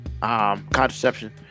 Contraception